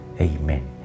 Amen